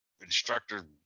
Instructor